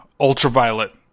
ultraviolet